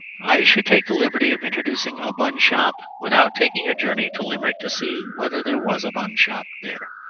i should take the liberty of introducing a bun-shop without taking a journey to limerick to see whether there was a bun-shop there.